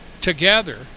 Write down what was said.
together